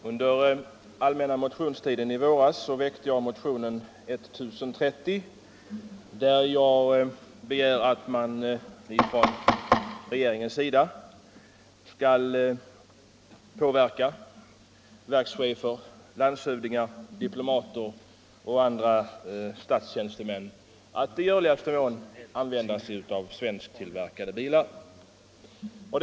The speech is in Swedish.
Herr talman! Under allmänna motionstiden i våras väckte jag motionen 1030, i vilken jag begärde att man från regeringens sida skulle påverka verkschefer, landshövdingar, diplomater och andra statstjänstemän att i görligaste mån använda sig av svensktillverkade tjänstebilar.